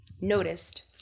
noticed